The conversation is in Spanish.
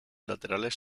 laterales